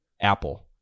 Apple